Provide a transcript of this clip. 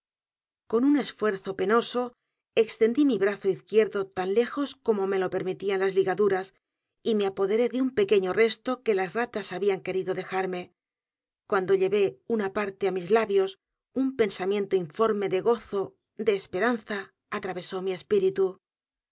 con un esfuerzo penoso extendí mi brazo izquierdo tan lejos como me lo permitían las ligaduras y me apoderé de un pequeño resto que las r a t a s habían querido dejarme cuando llevé una p a r t e á mis labios un pensamiento informe de gozo de esperanza atravesó mi espíritu